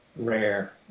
rare